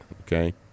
Okay